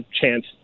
chance